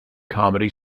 comedy